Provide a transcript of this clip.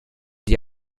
die